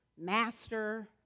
master